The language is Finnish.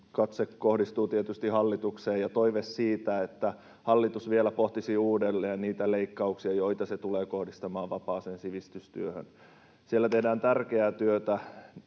kohdistuu katse ja toive siitä, että hallitus vielä pohtisi uudelleen niitä leikkauksia, joita se tulee kohdistamaan vapaaseen sivistystyöhön. Siellä tehdään tärkeää työtä